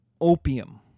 opium